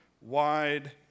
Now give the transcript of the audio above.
wide